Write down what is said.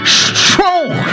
strong